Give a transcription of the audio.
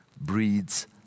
breeds